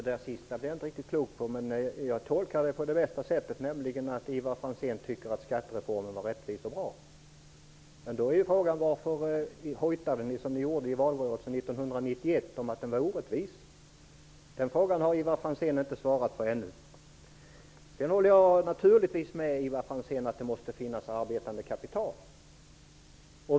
Herr talman! Jag blev inte riktigt klok på det sista. Men jag tolkar det på bästa sättet, nämligen att Ivar Franzén tycker att skattereformen var rättvis och bra. Men varför hojtade ni i valrörelsen 1991 om att den var orättvis? Den frågan har Ivar Franzén ännu inte svarat på. Jag håller naturligtvis med Ivar Franzén om att det måste finnas arbetande kapital.